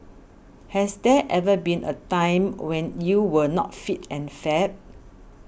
has there ever been a time when you were not fit and fab